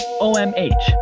omh